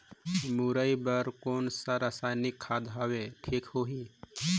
मुरई बार कोन सा रसायनिक खाद हवे ठीक होही?